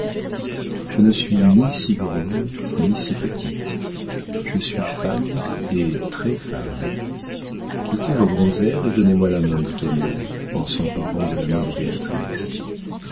je ne suis ni si grande ni si petite je suis femme et très femme quittez vos grands airs et donnez-moi la main dit camille en s'emparant de la main de